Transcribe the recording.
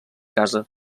casa